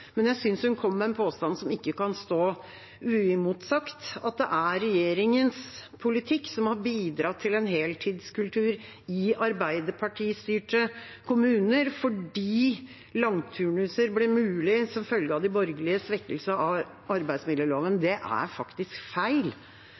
men jeg syntes hun kom med en påstand som ikke kan stå uimotsagt, nemlig at det er regjeringas politikk som har bidratt til en heltidskultur i arbeiderpartistyrte kommuner, fordi langturnuser ble mulig som følge av de borgerliges svekkelse av arbeidsmiljøloven.